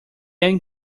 young